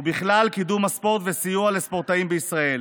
ובכלל קידום הספורט וסיוע לספורטאים בישראל.